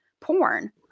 porn